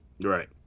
Right